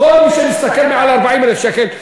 כל מי שמשתכר יותר מ-40,000 שקל,